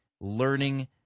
learning